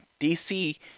DC